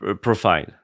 profile